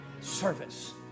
Service